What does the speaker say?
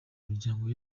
imiryango